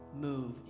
move